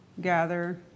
gather